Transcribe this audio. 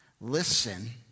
listen